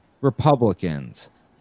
Republicans